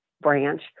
branch